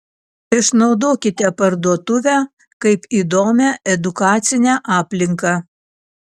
išnaudokite parduotuvę kaip įdomią edukacinę aplinką